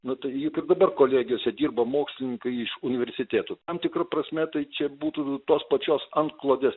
nustatyta dabar kolegijose dirba mokslininkai iš universitetų tam tikra prasme tai čia būtų tos pačios antklodės